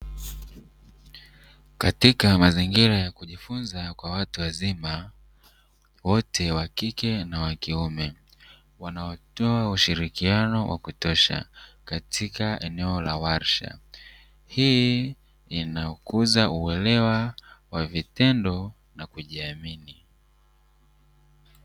Katika mazingira ya kujifunza kwa watu wazima wote wa kike na wa kiume wanaotoa ushirikiano wa kutosha katika eneo la warsha hii inayokuza uelewa wa vitendo na kujiamini.